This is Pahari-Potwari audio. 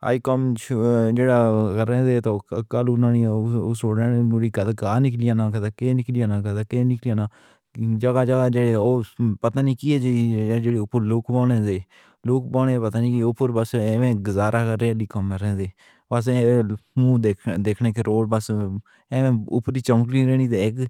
جیہڑے کم ہونے سن، اوہ گھراں وچ ہی رہ گئے نیں۔ کل اُنہاں سڑکاں تے موڑ آ گئے، کتھے کتھے نکل گئے۔ اِتھے دے لوک وی بھونڈے نیں، پتہ نئیں کیویں گزارا کر رہے نیں۔ کم تاں کر رہے نیں پر روڈاں تے اوپری چمک ہی رہ گئی اے، اندر توں سب کھوکھلا اے۔